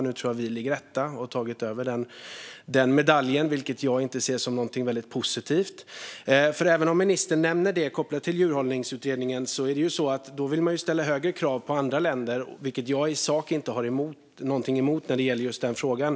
Nu tror jag att vi ligger etta och har tagit över den medaljen, vilket jag inte ser som någonting särskilt positivt. Även som ministern nämner kopplat till Djurhållningsutredningen är det så att man då vill ställa högre krav på andra länder, vilket jag i sak inte har något emot när det gäller den frågan.